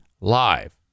live